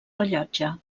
rellotge